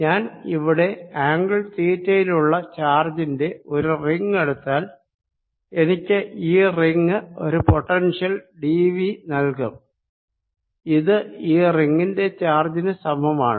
ഞാൻ ഇവിടെ ആംഗിൾ തീറ്റയിലുള്ള ചാർജിന്റെ ഒരു റിങ് എടുത്താൽ എനിക്ക് ഈ റിങ് ഒരു പൊട്ടൻഷ്യൽ d V നൽകും ഇത് ഈ റിങ്ങിന്റെ ചാർജിനു സമമാണ്